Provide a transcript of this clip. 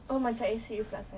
oh macam acid reflux ah